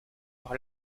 par